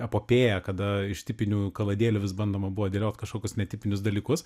epopėją kada iš tipinių kaladėlių vis bandoma buvo dėliot kažkokius netipinius dalykus